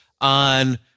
on